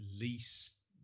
least